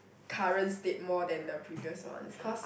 current state more than the previous one cause